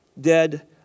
dead